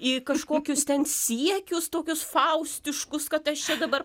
į kažkokius ten siekius tokius faustiškus kad aš čia dabar